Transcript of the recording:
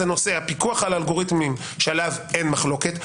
זה נושא הפיקוח על האלגוריתמים שעליו אין מחוקת.